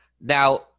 Now